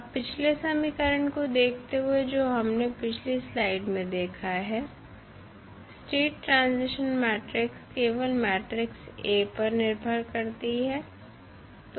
अब पिछले समीकरण को देखते हुए जो हमने पिछली स्लाइड में देखा है स्टेट ट्रांजिशन मैट्रिक्स केवल मैट्रिक्स A पर निर्भर करती है